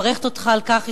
מברכת אותך על כך,